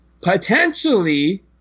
potentially